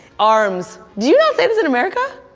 arms do you not say this in america?